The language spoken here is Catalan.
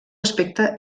aspecte